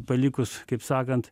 palikus kaip sakant